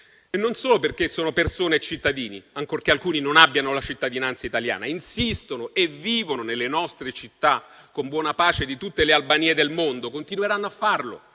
E non solo perché sono persone e cittadini, ancorché alcuni non abbiano la cittadinanza italiana, insistono e vivono nelle nostre città, con buona pace di tutte le Albanie del mondo, e continueranno a farlo.